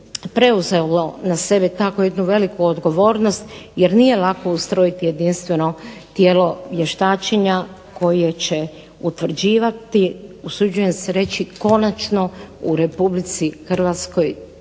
preuzelo na sebe tako jednu veliku odgovornost jer nije lako ustrojiti jedinstveno tijelo vještačenja koje će utvrđivati, usuđujem se reći konačno u Republici Hrvatskoj